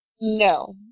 No